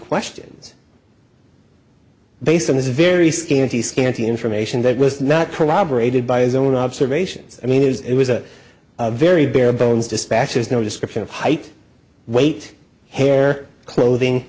questions based on this very scanty scanty information that was not corroborated by his own observations i mean it is it was a very bare bones dispatcher's no description of height weight hair clothing